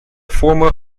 former